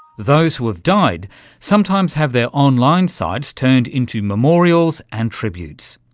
those who have died sometimes have their online sites turned into memorials and tributes,